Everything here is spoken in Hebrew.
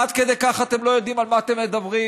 עד כדי כך אתם לא יודעים על מה אתם מדברים,